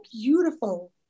beautiful